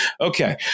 Okay